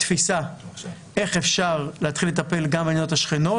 תפיסה איך אפשר להתחיל לטפל גם במדינות השכנות